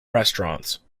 restaurants